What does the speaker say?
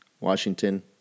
Washington